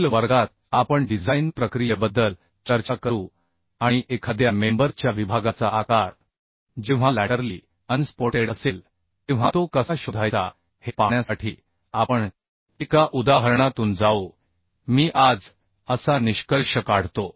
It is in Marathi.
पुढील वर्गात आपण डिझाइन प्रक्रियेबद्दल चर्चा करू आणि एखाद्या मेंबर च्या विभागाचा आकार जेव्हा लॅटरली अनसपोर्टेड असेल तेव्हा तो कसा शोधायचा हे पाहण्यासाठी आपण एका उदाहरणातून जाऊ मी आज असा निष्कर्ष काढतो